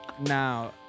Now